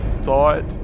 thought